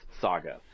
saga